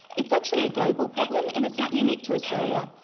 it's actually a global problem, and it's not unique to australia.